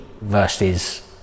versus